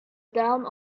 down